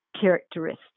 characteristic